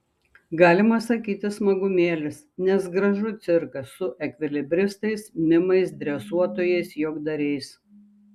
galima sakyti smagumėlis nes gražu cirkas su ekvilibristais mimais dresuotojais juokdariais